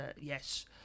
yes